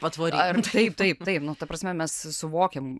patvory taip taip taip nu ta prasme mes suvokiam